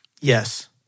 Yes